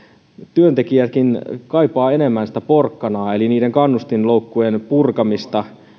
työntekijätkin kaipaavat enemmän sitä porkkanaa eli niiden kannustinloukkujen purkamista